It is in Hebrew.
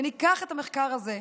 ניקח את המחקר הזה ונסתכל,